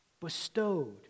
bestowed